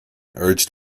urged